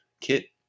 kit